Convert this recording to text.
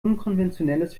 unkonventionelles